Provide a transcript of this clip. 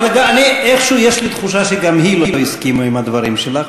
אבל איכשהו יש לי תחושה שגם היא לא הסכימה לדברים שלך,